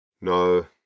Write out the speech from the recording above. No